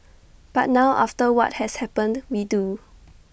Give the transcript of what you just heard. but now after what has happened we do